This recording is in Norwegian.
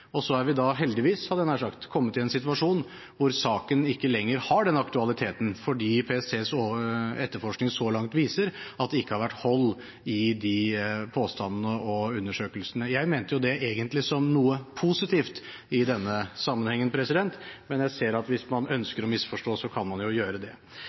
Så er vi, heldigvis, hadde jeg nær sagt, kommet i en situasjon hvor saken ikke lenger har den aktualiteten, fordi PSTs etterforskning så langt viser at det ikke har vært hold i de påstandene og undersøkelsene. Jeg mente det egentlig som noe positivt i denne sammenhengen, men jeg ser at hvis man ønsker å misforstå, kan man jo gjøre det.